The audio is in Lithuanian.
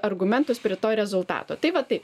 argumentus prie to rezultato tai va tai